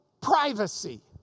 privacy